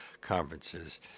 conferences